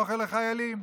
אוכל לחיילים.